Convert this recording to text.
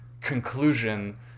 conclusion